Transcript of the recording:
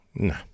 No